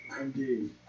Indeed